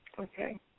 Okay